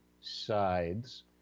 sides